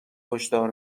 هشدار